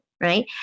right